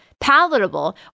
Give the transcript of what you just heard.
palatable